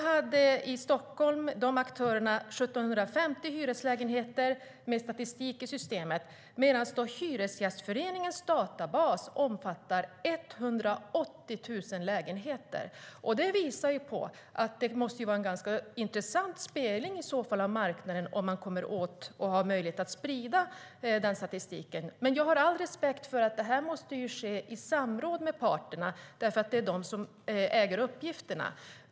För Stockholm hade man statistik över 1 750 hyreslägenheter, men Hyresgästföreningens databas omfattar 180 000 lägenheter. Det måste vara en intressant spegling av marknaden om man har möjlighet att sprida den statistiken. Jag har all respekt för att detta måste ske i samråd med parterna eftersom det är de som äger uppgifterna.